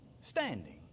standing